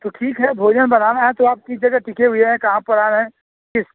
तो ठीक है भोजन बनाना है तो आप किस जगह टिके हुए हैं कहाँ पर आए हैं किस